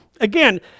again